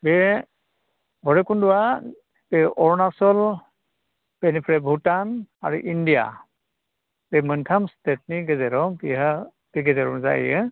बे बैरब खुन्दआ बे अरुणाचल बेनिफ्राय भुटान आरो इण्डिया बे मोनथाम स्टेटनि गेजेराव बेहा बे गेजेरावनो जायो